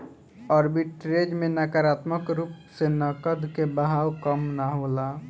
arbitrage में नकारात्मक रूप से नकद के बहाव कम ना होला